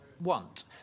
want